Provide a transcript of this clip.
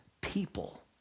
people